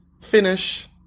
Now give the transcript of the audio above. finish